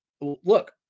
look